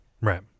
right